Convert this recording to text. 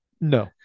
No